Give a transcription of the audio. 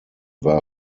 war